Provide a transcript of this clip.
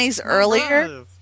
earlier